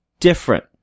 different